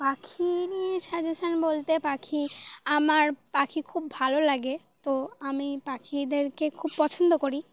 পাখি নিয়ে সাজেশান বলতে পাখি আমার পাখি খুব ভালো লাগে তো আমি পাখিদেরকে খুব পছন্দ করি